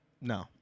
No